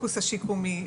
השיקומי.